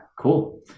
cool